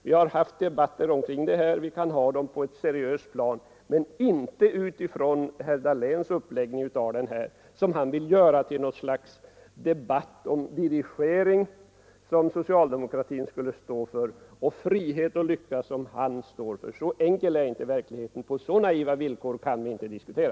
Vi har föreslagit debatter om detta, och vi kan föra sådana på ett seriöst plan men inte med herr Dahléns uppläggning. Han vill göra detta till en debatt om dirigering, som socialdemokratin skulle stå för, och frihet och lycka som han står för. Så enkel är inte verkligheten. På så naiva villkor kan vi inte diskutera.